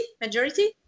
majority